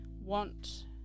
want